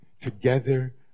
Together